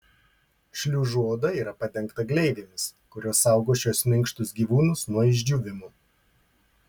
šliužų oda yra padengta gleivėmis kurios saugo šiuos minkštus gyvūnus nuo išdžiūvimo